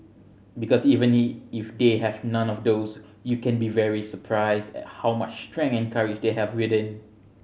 because even if they have none of those you can be very surprised how much strength and courage they have within